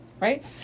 right